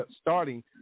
starting